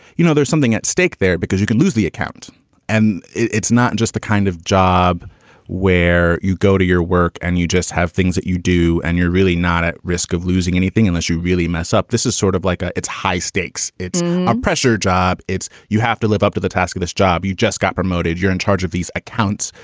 you know, there's something at stake there because you can lose the account and it's not just the kind of job where you go to your work and you just have things that you do and you're really not at risk of losing anything unless you really mess up. this is sort of like ah it's high stakes. it's a pressure job. it's you have to live up to the task of this job. you just got promoted. you're in charge of these accounts.